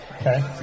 Okay